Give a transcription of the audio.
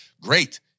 great